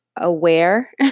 aware